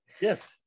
Yes